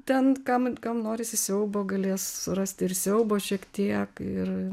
ten kam kam norisi siaubo galės surasti ir siaubo šiek tiek ir